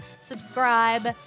subscribe